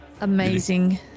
amazing